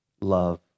love